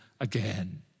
again